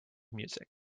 music